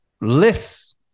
less